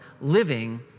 living